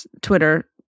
Twitter